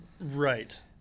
Right